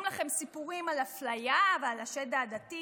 לכם סיפורים על אפליה ועל השד העדתי